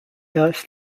thus